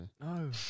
No